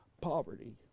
poverty